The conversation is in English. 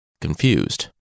confused